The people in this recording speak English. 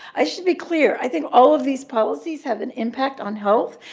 i should be clear. i think all of these policies have an impact on health,